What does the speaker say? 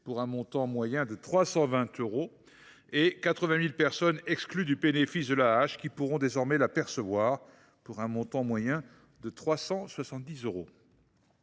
pour un montant moyen de 320 euros, et 80 000 personnes exclues du bénéfice de cette allocation qui pourront désormais la percevoir, pour un montant moyen de 370 euros.